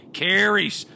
carries